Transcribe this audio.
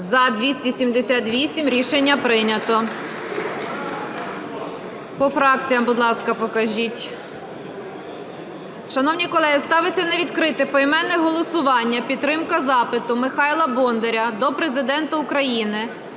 За-278 Рішення прийнято. По фракціям, будь ласка, покажіть. Шановні колеги, ставиться на відкрите поіменне голосування підтримка запиту Михайла Бондаря до Президента України